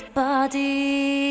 body